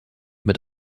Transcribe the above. mit